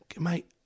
Mate